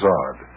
odd